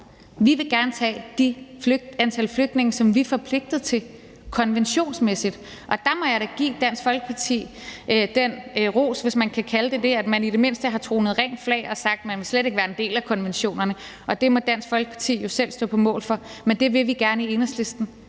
Vi vil gerne tage det antal flygtninge, som vi er forpligtet til konventionsmæssigt. Og der må jeg da give Dansk Folkeparti den ros, hvis man kan kalde det det, at man i det mindste har tonet rent flag og sagt, at man slet ikke vil være en del af konventionerne. Det må Dansk Folkeparti jo selv stå på mål for, men det vil vi gerne i Enhedslisten;